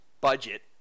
budget